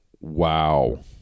Wow